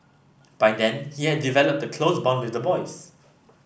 by then he had developed a close bond with the boys